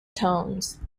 tones